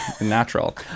natural